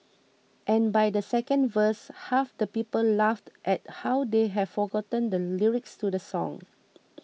and by the second verse half the people laughed at how they have forgotten the lyrics to the song